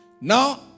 Now